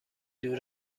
دور